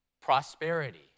prosperity